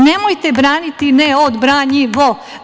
Nemojte braniti neodbranjivo.